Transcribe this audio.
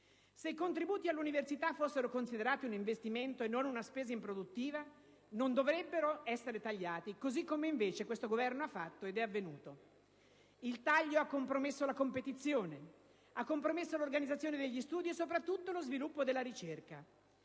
Se i contributi all'università fossero considerati un investimento e non una spesa improduttiva non dovrebbero essere tagliati così come è avvenuto. Il taglio ha infatti compromesso la competizione, l'organizzazione degli studi e soprattutto lo sviluppo della ricerca.